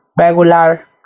regular